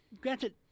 granted